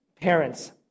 parents